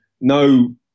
no